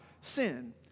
sin